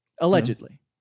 allegedly